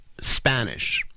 Spanish